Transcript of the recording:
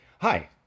Hi